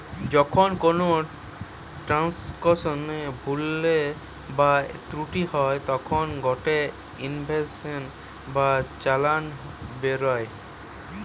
যখন কোনো ট্রান্সাকশনে ভুল বা ত্রুটি হই তখন গটে ইনভয়েস বা চালান বেরোয়